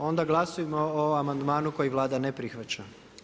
Onda glasujmo o amandmanu koji Vlada ne prihvaća.